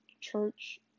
church